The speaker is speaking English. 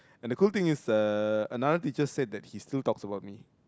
and the cool thing is uh another teacher said that he still talks about me